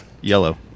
Yellow